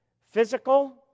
physical